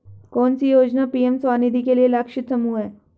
कौन सी योजना पी.एम स्वानिधि के लिए लक्षित समूह है?